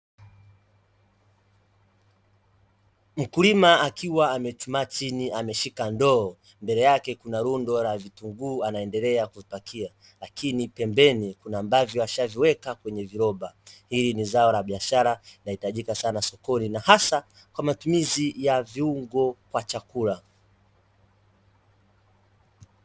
Mkulima akiwa amechumaa chini ameshika ndoo, mbele yake kuna rundo la vitunguu anaendelea kuvipakia. Lakini pembeni kuna ambavyo ashaviweka kwenye viroba, hili ni zao la biashara linahitajika sana sokoni na hasa kwa matumizi ya viungo kwa chakula.